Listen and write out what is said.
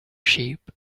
sheep